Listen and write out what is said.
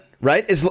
right